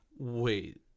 wait